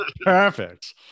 Perfect